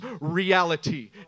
reality